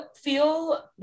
feel